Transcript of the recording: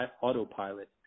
autopilot